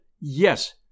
yes